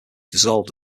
dissolved